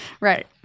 Right